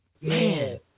Man